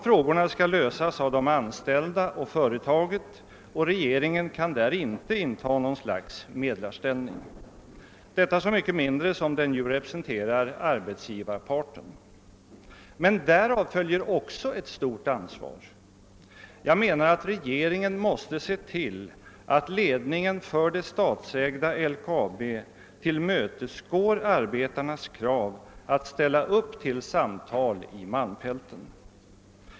Frågorna skall lösas av de anställda och företaget, och regeringen kan där inte inta något slags medlarställning, detta så mycket mindre som den ju representerar arbetsgivarparten. Men därav följer också ett stort ansvar. Jag menar att regeringen måste se till att ledningen för det statsägda LKAB tillmötesgår arbetarnas krav att ställa upp till samtal i malmfälten.